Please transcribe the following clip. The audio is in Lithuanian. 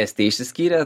estija išsiskyrė